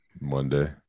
Monday